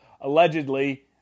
allegedly